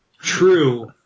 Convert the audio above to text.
True